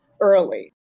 early